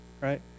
Right